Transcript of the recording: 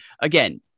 again